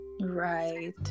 Right